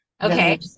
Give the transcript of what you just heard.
Okay